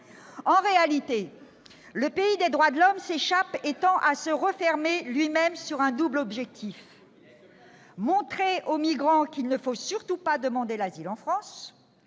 En réalité, le pays des droits de l'homme s'échappe et tend à se refermer sur lui-même dans un double objectif : montrer aux migrants qu'il ne faut surtout pas demander l'asile en France